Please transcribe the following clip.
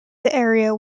area